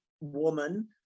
woman